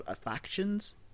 factions